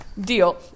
Deal